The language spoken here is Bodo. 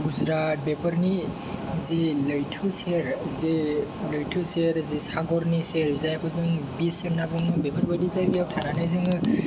गुजरात बेफोरनि जि लैथो सेर जे सागरनि सेर जायखौ जों बिच होन्ना बुङो बेफोरबायदि जायगायाव थानानै जोङो